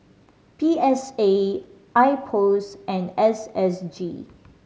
P S A IPOS and S S G